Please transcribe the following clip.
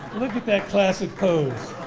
look at that classic pose.